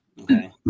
Okay